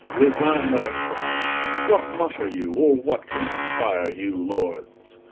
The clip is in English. resigne thy crowne what mutter you, or what conspire you lords?